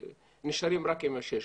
ונשארים רק עם ה-600.